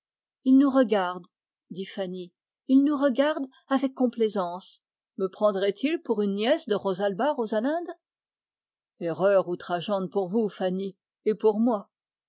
il nous regarde dit fanny il nous regarde avec complaisance me prendrait-il pour une nièce de rosalba rosalinde erreur outrageante pour vous fanny et pour moi